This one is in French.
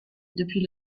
depuis